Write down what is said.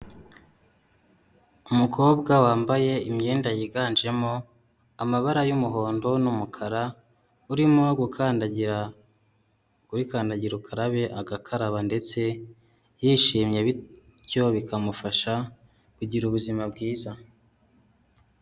Umukobwa wambaye imyenda yiganjemo amabara y'umuhondo n'umukara urimo gukandagira kuri kandagira ukarabe agakaraba ndetse yishimye bityo bikamufasha kugira ubuzima bwiza.